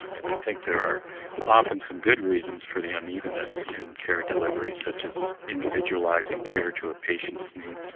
and i think there are often some good reasons for the unevenness in care delivery such as individualising care to a patient's needs.